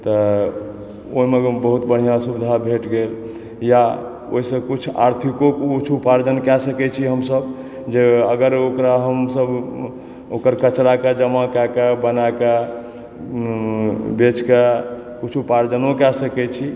तऽ ओहिमे बहुत बढ़िऑं सुविधा भेट गेल या ओहिसॅं किछु आर्थिको किछु उपार्जन कए सकै छी हमसब जे अगर ओकरा हमसब ओकर कचराकेॅं जमा कए कऽ बनाकए बेच कऽ किछु उपार्जनो कए सकै छी